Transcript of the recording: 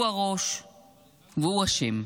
הוא הראש והוא אשם.